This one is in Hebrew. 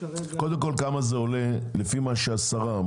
קודם כל, כמה זה עולה לפי מה שאמר השרה?